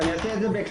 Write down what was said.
אני אעשה את זה בקצרה.